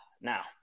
Now